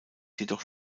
jedoch